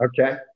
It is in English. okay